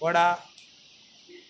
vada